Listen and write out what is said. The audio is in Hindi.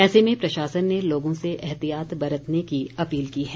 ऐसे में प्रशासन ने लोगों से एहतियात बरतने की अपील की है